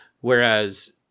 whereas